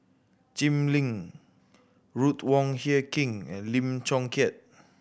Jim Lim Ruth Wong Hie King and Lim Chong Keat